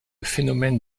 phénomène